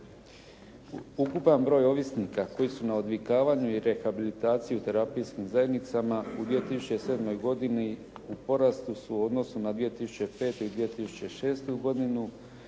Ukupan broj ovisnika koji su na odvikavanju i rehabilitaciji u terapijskim zajednicama u 2007. godini u porastu su u odnosu na 2005. i 2006. godinu,